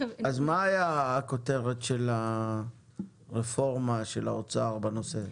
מה הייתה הכותרת של הרפורמה של האוצר בנושא?